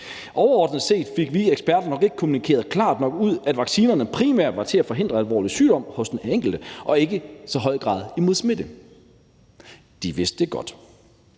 »Overordnet set fik vi som eksperter ikke kommunikeret klart nok ud, at vaccinerne primært var rettet mod at forhindre alvorlig sygdom hos den enkelte, og ikke i så høj grad mod smitte«. De vidste det godt.